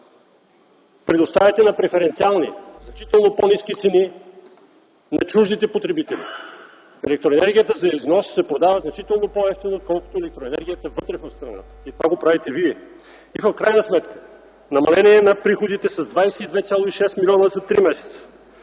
Предоставяте на преференциални, значително по-ниски цени на чуждите потребители. Електроенергията за износ се продава значително по-евтино отколкото електроенергията вътре в страната и това го правите Вие. В крайна сметка – намаление на приходите с 22,6 млн. за три месеца;